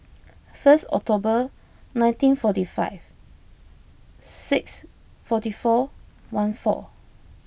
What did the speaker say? first October nineteen forty five six forty four one four